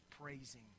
praising